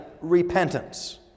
repentance